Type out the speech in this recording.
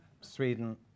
Sweden